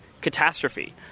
catastrophe